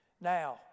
Now